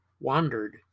wandered